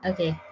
Okay